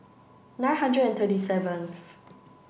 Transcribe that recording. nine hundred and thirty seventh